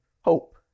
hope